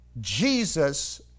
Jesus